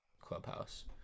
Clubhouse